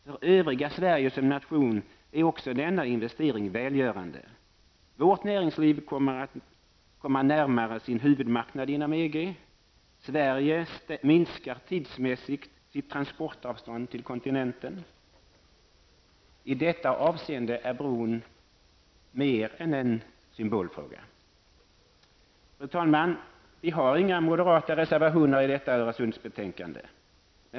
För Sverige som nation är också denna investering välgörande -- vårt näringsliv kommer närmare sin huvudmarknad inom EG, Sverige minskar tidsmässigt sitt transportavstånd till kontinenten. I detta avseende är bron mer än en symbolfråga. Fru talman! Vi har inga moderata reservationer i detta Öresundsbetänkande.